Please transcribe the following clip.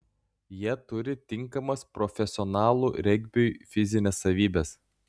jie turi tinkamas profesionalų regbiui fizines savybes